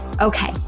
Okay